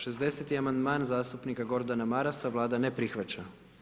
60. amandman, zastupnika Gordana Marasa, Vlada ne prihvaća.